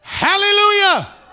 Hallelujah